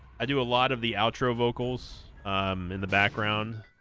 i do a lot of the outro vocals in the background